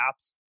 apps